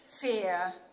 fear